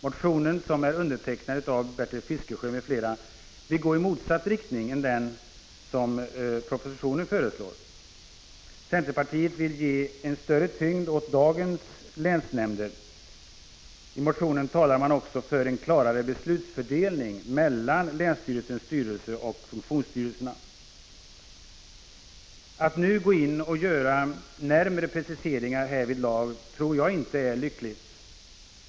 Motionärerna, som är Bertil Fiskesjö m.fl., vill gå i motsatt riktning mot den som föreslås i propositionen. Centerpartiet vill ge en större tyngd åt dagens länsnämnder. I motionen talar man också för en klarare beslutsfördelning mellan länsstyrelsens styrelse och funktionsstyrelserna. Att nu göra närmare preciseringar härvidlag tror jag inte är lyckligt.